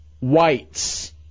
whites